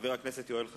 חבר הכנסת יואל חסון,